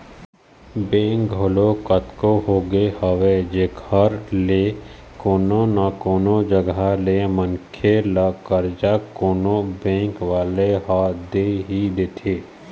bank घलोक कतको होगे हवय जेखर ले कोनो न कोनो जघा ले मनखे ल करजा कोनो बेंक वाले ह दे ही देथे